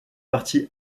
parti